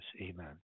Amen